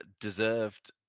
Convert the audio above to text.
deserved